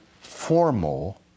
formal